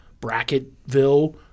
Bracketville